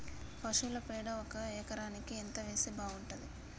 పశువుల పేడ ఒక ఎకరానికి ఎంత వేస్తే బాగుంటది?